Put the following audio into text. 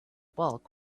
bulk